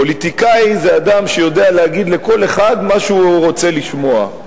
פוליטיקאי זה אדם שיודע להגיד לכל אחד מה שהוא רוצה לשמוע.